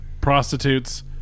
prostitutes